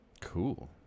Cool